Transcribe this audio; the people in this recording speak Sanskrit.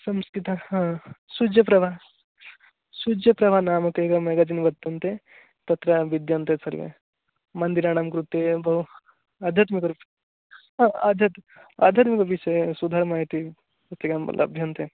संस्कृते सूर्यप्रभा सूर्यप्रभा नाम ते एकं म्यागसिन् वर्तन्ते तत्र विद्यन्ते सर्वे मन्दिराणां कृते एवं बहु आध्यात्मिक आध्यात्म आध्यात्मिक विषये सुधर्मा इति पुस्तिकां लभ्यन्ते